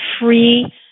free